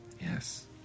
Yes